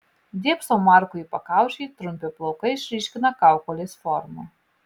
dėbsau markui į pakaušį trumpi plaukai išryškina kaukolės formą